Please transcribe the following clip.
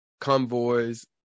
convoys